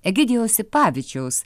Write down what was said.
egidijaus sipavičiaus